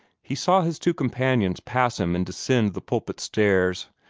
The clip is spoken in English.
he saw his two companions pass him and descend the pulpit stairs,